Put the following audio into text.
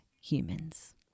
humans